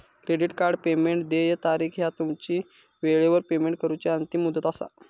credit card payment देय तारीख ह्या तुमची वेळेवर पेमेंट करूची अंतिम मुदत असा